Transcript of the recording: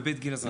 בית גיל הזהב.